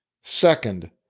Second